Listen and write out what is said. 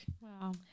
Wow